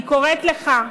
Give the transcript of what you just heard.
אני קוראת לך: